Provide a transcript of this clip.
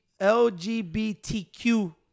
LGBTQ